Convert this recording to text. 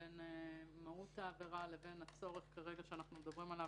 בין מהות העבירה לבין הצורך שאנחנו מדברים עליו